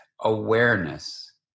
awareness